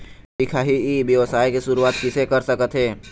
दिखाही ई व्यवसाय के शुरुआत किसे कर सकत हे?